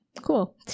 cool